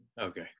Okay